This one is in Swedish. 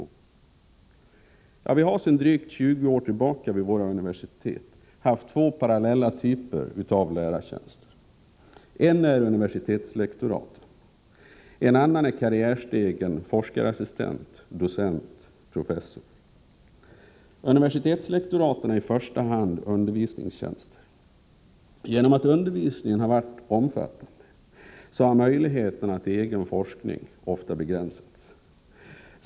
Vi har vid våra universitet sedan drygt 20 år tillbaka haft två typer av lärartjänster som legat parallellt. Den ena är universitetslektoraten. Den andra är karriärstegen forskarassistent-docent-professor. Universitetslektoraten är i första hand undervisningstjänster. Eftersom undervisningen varit omfattande har möjligheterna till egen forskning ofta begränsats.